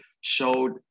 showed